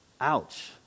Ouch